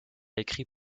écrit